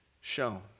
shown